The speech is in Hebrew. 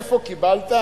איפה קיבלת?